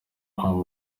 aho